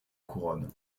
couronne